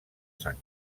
sant